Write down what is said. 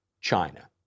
China